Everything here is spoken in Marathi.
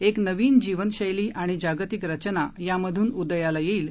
एक नवीन जीवनशैली आणि जागतिक रचना यामधून उदयाला येईल